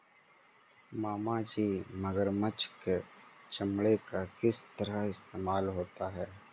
मामाजी मगरमच्छ के चमड़े का किस तरह इस्तेमाल होता है?